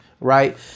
right